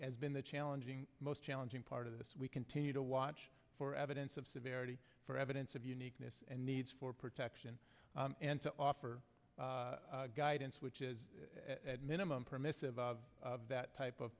has been the challenging most challenging part of this we continue to watch for evidence of severity for evidence of uniqueness and needs for protection and to offer guidance which is minimum permissive of that type of